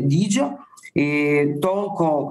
dydžio į tol kol